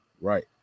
Right